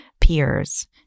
peers